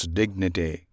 dignity